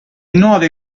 nuove